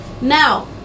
now